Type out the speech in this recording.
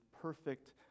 perfect